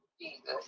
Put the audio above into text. Jesus